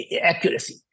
accuracy